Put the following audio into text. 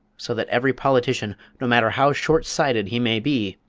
so that every politician, no matter how short-sighted he may be,